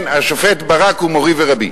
כן, השופט ברק הוא מורי ורבי.